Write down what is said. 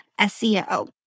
SEO